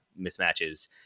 mismatches